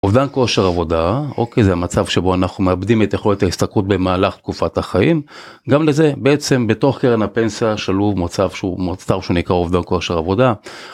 אובדן כושר עבודה, אוקיי זה המצב שבו אנחנו מאבדים את יכולת ההשתכרות במהלך תקופת החיים, גם לזה בעצם בתוך קרן הפנסיה שלום מוצב מוצר שהוא נקרא אובדן כושר עבודה.